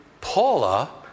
Paula